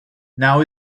now